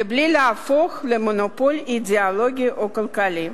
ובלי להפוך למונופול אידיאולוגי או כלכלי.